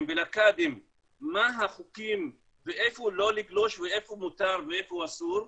ולקאדים מה החוקים ואיפה לא לגלוש ואיפה מותר ואיפה אסור,